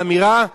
באמירה,